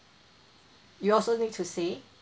you also need to say